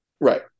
Right